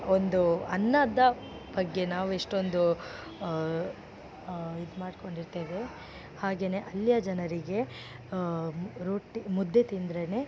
ಒಂದು ಅನ್ನದ ಬಗ್ಗೆ ನಾವೆಷ್ಟೊಂದು ಇದು ಮಾಡಿಕೊಂಡಿರ್ತೇವೆ ಹಾಗೆಯೇ ಅಲ್ಲಿಯ ಜನರಿಗೆ ರೋಟಿ ಮುದ್ದೆ ತಿಂದರೇನೆ